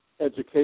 education